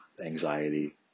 anxiety